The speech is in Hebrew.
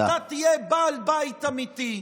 ואתה תהיה בעל בית אמיתי.